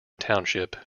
township